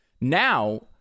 Now